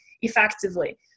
effectively